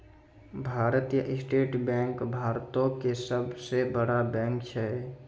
भारतीय state bank भारतो के सभ से बड़ा बैंक छै